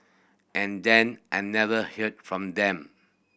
and then I never hear from them